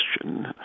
question